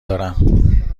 دارم